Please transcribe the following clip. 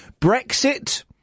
Brexit